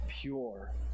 pure